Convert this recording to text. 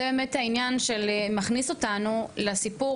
זה באמת העניין של מכניס אותנו לסיפור,